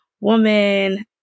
woman